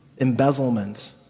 embezzlement